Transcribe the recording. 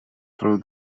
through